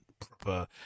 Proper